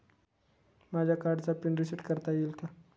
माझ्या कार्डचा PIN reset करता येईल का?